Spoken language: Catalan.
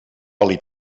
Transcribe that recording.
oli